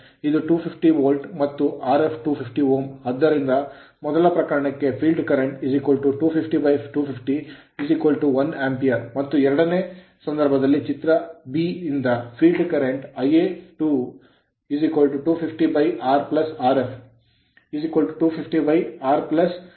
ಆದ್ದರಿಂದ ಮೊದಲ ಪ್ರಕರಣಕ್ಕೆ field current field current 250 250 1 Ampere ampere ಮತ್ತು ಎರಡನೇ ಸಂದರ್ಭದಲ್ಲಿ ಚಿತ್ರ ನಿಂದ field current field current If2 250 R Rf 250 R 250 ಆಗಿರುತ್ತದೆ